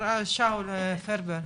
בבקשה, שאול פרבר.